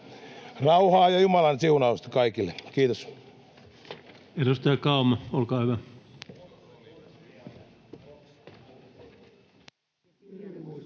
Rauhaa ja Jumalan siunausta kaikille! — Kiitos.